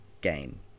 game